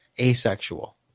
asexual